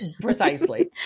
precisely